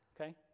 okay